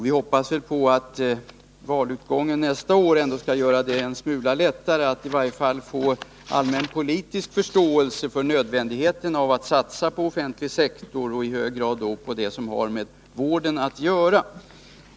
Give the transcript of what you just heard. Vi hoppas att valutgången nästa år skall göra det en smula lättare att få allmänpolitisk förståelse för nödvändigheten av att satsa på offentlig sektor och i hög grad på det som har med vården att göra.